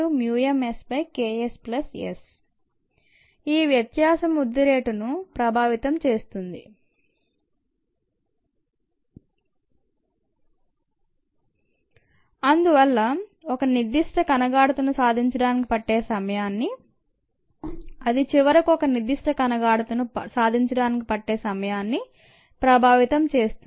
μ μ m SK SS ఈ వ్యత్యాసం వృద్ధి రేటును ప్రభావితం చేస్తుంది అందువల్ల ఇది ఒక నిర్దిష్ట కణ గాఢతను సాధించడానికి పట్టే సమయాన్ని అది చివరికి ఒక నిర్దిష్ట కణ గాఢతను సాధించడానికి పట్టే సమయాన్ని ప్రభావితం చేస్తుంది